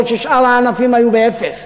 בעוד ששאר הענפים עלו באפס.